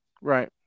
Right